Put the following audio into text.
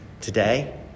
today